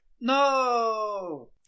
No